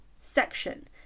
section